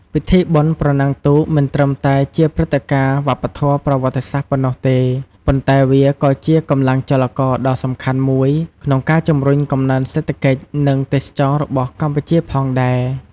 ពិធីបុណ្យប្រណាំងទូកមិនត្រឹមតែជាព្រឹត្តិការណ៍វប្បធម៌ប្រវត្តិសាស្ត្រប៉ុណ្ណោះទេ ប៉ុន្តែវាក៏ជាកម្លាំងចលករដ៏សំខាន់មួយក្នុងការជំរុញកំណើនសេដ្ឋកិច្ច និងទេសចរណ៍របស់កម្ពុជាផងដែរ។